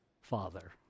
father